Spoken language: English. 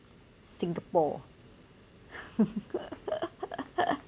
singapore